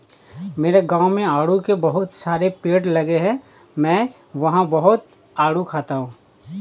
मेरे गाँव में आड़ू के बहुत सारे पेड़ लगे हैं मैं वहां बहुत आडू खाता हूँ